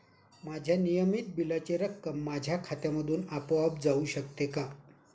माझ्या नियमित बिलाची रक्कम माझ्या खात्यामधून आपोआप जाऊ शकते का?